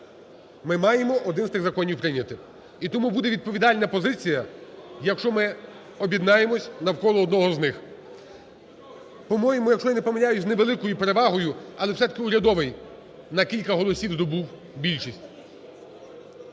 ми маємо один з тих законів прийняти. І тому буде відповідальна позиція, якщо ми об'єднаємося навколо одного з них. По-моєму, якщо я не помиляюсь, з невеликою перевагою, але все-таки урядовий на кілька голосів здобув більшість.